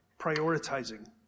prioritizing